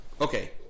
Okay